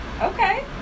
Okay